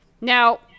Now